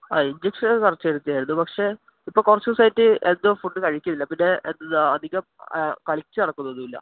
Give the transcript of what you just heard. ആ ഇഞ്ചെക്ഷൻ കറക്റ്റെടുത്തതായിരുന്നു പക്ഷേ ഇപ്പോള് കുറച്ചു ദിവസമായിട്ട് എന്തോ ഫുഡ് കഴിക്കുന്നില്ല പിന്നെ എന്താണ് അധികം കളിച്ചുനടക്കുന്നൊന്നുമില്ല